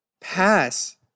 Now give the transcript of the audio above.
Pass